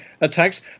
attacks